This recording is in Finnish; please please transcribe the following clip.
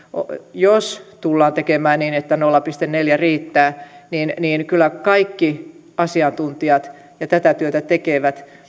jos tullaan tekemään niin että nolla pilkku neljä riittäisi niin niin kyllä kaikki asiantuntijat ja tätä työtä tekevät